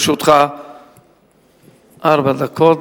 חבר הכנסת אקוניס, לרשותך ארבע דקות.